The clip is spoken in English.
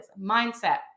mindset